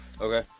okay